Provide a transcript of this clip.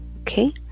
okay